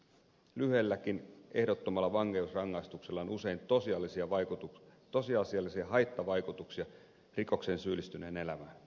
lyhyelläkin ehdottomalla vankeusrangaistuksella on usein tosiasiallisia haittavaikutuksia rikokseen syyllistyneen elämään